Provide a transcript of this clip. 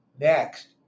Next